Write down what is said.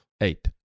Eight